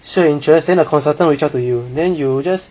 show your interest then the consultant reaches to you then you just